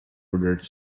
ordered